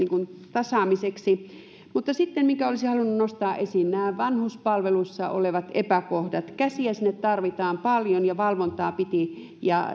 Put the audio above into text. tasaamiseksi sitten olisin halunnut nostaa esiin nämä vanhuspalveluissa olevat epäkohdat käsiä sinne tarvitaan paljon ja valvontaa